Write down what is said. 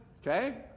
Okay